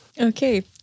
Okay